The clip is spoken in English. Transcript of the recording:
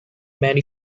many